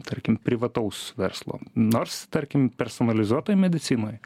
tarkim privataus verslo nors tarkim personalizuotoj medicinoj